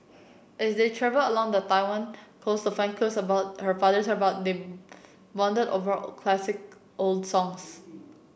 as they travel along the Taiwan coast to find clues about her father's about they bond over classic old songs